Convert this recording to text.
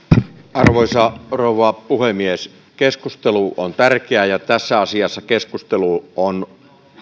arvoisa rouva puhemies keskustelu on tärkeää ja tässä asiassa keskustelu on